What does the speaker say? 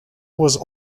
was